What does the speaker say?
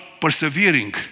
persevering